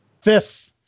Fifth